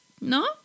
no